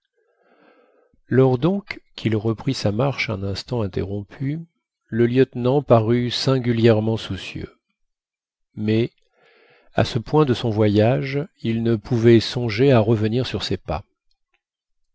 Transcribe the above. lors donc qu'il reprit sa marche un instant interrompue le lieutenant parut singulièrement soucieux mais à ce point de son voyage il ne pouvait songer à revenir sur ses pas